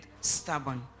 stubborn